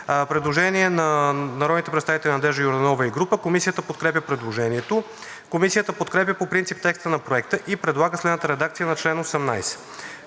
Предложение на народните представители Надежда Йорданова и група народни представители. Комисията подкрепя предложението. Комисията подкрепя по принцип текста на Проекта и предлага следната редакция на чл. 18: